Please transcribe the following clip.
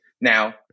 Now-